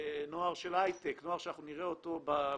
נוער של הייטק, נוער שאנחנו נראה אותו בחזית.